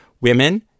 Women